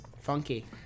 Funky